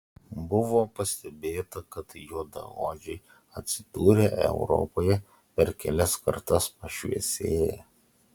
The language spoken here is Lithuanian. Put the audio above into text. buvo pastebėta kad juodaodžiai atsidūrę europoje per kelias kartas pašviesėja